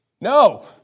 No